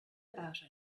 about